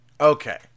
Okay